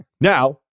Now